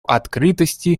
открытости